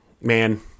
man